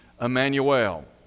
Emmanuel